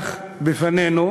שמונח בפנינו